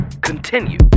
continue